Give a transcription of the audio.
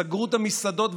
סגרו את המסעדות,